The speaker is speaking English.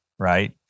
Right